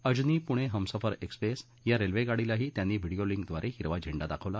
Ajni Pune Humsafar express या railway गाडीलाही त्यांनी व्हिडीओ लिंकद्वारे हिरवा झेंडा दाखवला